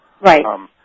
Right